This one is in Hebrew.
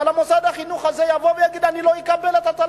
אבל המוסד החינוכי הזה יבוא ויגיד: אני לא מקבל את התלמידים.